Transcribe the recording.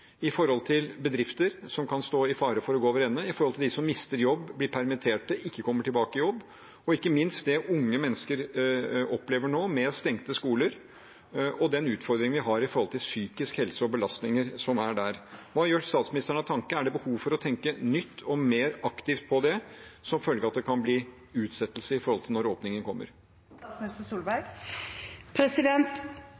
bedrifter som kan stå i fare for å gå over ende, når det gjelder dem som mister jobb, blir permitterte, ikke kommer tilbake i jobb – og ikke minst det unge mennesker nå opplever med stengte skoler, og den utfordringen vi har når det gjelder psykisk helse og belastninger? Hva gjør statsministeren seg av tanker? Er det behov for å tenke nytt og mer aktivt på det som følge av at det kan bli utsettelse med tanke på når åpningen